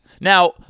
Now